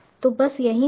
तो बस यहीं तक